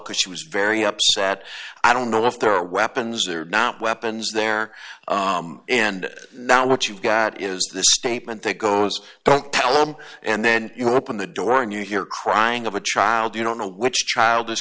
could she was very upset i don't know if there are weapons or not weapons there and now what you've got is this statement that goes don't tell them and then you open the door and you hear crying of a child you don't know which child is